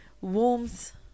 Warmth